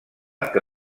que